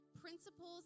principles